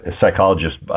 psychologist